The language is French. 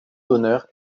d’honneur